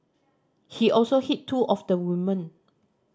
he also hit two of the woman